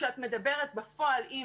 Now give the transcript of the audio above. שכשאת מדברת בפועל עם